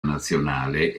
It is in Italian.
nazionale